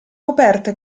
coperte